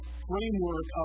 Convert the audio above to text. framework